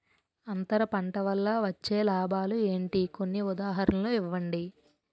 అంతర పంట వల్ల వచ్చే లాభాలు ఏంటి? కొన్ని ఉదాహరణలు ఇవ్వండి?